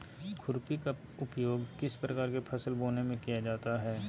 खुरपी का उपयोग किस प्रकार के फसल बोने में किया जाता है?